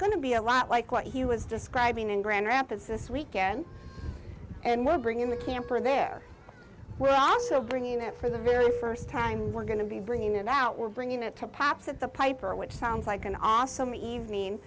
to be a lot like what he was describing in grand rapids this weekend and we'll bring in the camper there we're also bringing it for the very first time we're going to be bringing it out we're bringing it to pops at the piper which sounds like an awesome eve